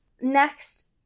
Next